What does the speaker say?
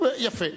יפה,